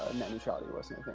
net neutrality wasn't